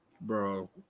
Bro